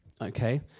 okay